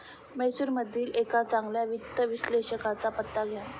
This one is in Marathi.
म्हैसूरमधील एका चांगल्या वित्त विश्लेषकाचा पत्ता द्या